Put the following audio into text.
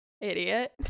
idiot